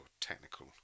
technical